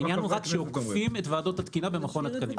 העניין הוא רק שעוקפים את ועדות התקינה במכון התקנים.